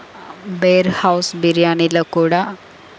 Behrouz బిర్యానీలో కూడా